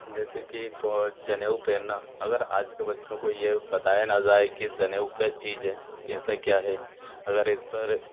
जैसे कि को जनेऊ पहनना अगर आज के बच्चों को ये बताया ना जाए कि ज़नेऊ क्या चीज है कैसा क्या है अगर इस पर